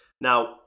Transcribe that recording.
Now